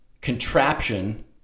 contraption